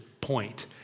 point